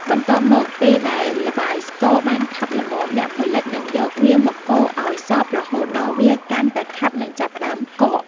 បន្ទាប់មក ពេលដែលល្បាយស្ករបានខាប់ល្មម អ្នកផលិតនឹងយកវាមកកូរឲ្យសព្វរហូតដល់វាកាន់តែខាប់និងចាប់ផ្តើមកក។